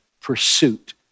pursuit